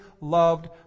loved